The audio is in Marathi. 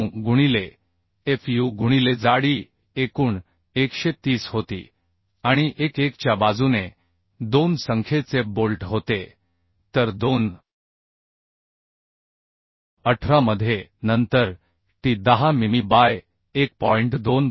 9 गुणिले fu गुणिले जाडी एकूण 130 होती आणि 1 1 च्या बाजूने 2 संख्येचे बोल्ट होते तर 2 गुणिले18 मध्ये नंतर टी 10 मिमी बाय 1